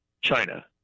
China